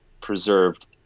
preserved